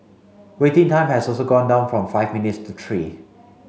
waiting time has also gone down from five minutes to three